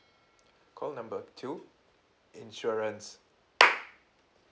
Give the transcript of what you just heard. call number two insurance